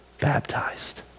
baptized